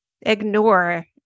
ignore